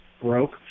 broke